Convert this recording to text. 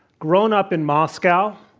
grown up in moscow,